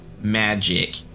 magic